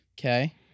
Okay